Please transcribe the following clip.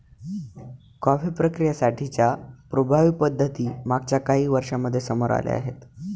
coffee प्रक्रियेसाठी च्या प्रभावी पद्धती मागच्या काही वर्षांमध्ये समोर आल्या आहेत